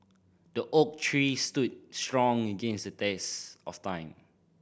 the oak tree stood strong against the test of time